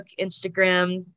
instagram